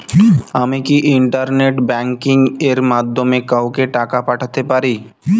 আমি কি internet banking এর মাধ্যমে কাওকে টাকা পাঠাতে পারি?